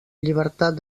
llibertat